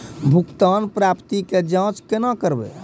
भुगतान प्राप्ति के जाँच कूना करवै?